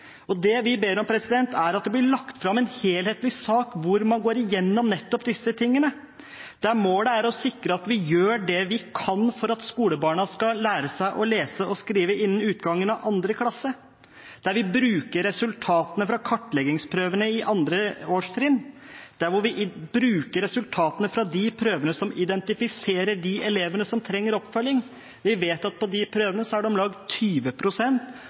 Det vi ber om, er at det blir lagt fram en helhetlig sak der man går igjennom nettopp disse tingene, der målet er å sikre at vi gjør det vi kan for at skolebarna skal lære seg å lese og skrive innen utgangen av 2. klasse, der vi bruker resultatene fra kartleggingsprøvene på 2. årstrinn, der vi bruker resultatene fra de prøvene som identifiserer de elevene som trenger oppfølging. Vi vet at på de prøvene er det om lag